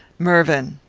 mervyn!